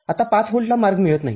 आता ५ व्होल्टला मार्ग मिळत नाही